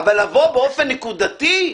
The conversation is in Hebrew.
אבל לבוא באופן נקודתי?